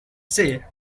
say